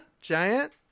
Giant